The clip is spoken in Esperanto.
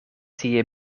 tie